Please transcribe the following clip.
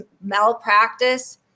malpractice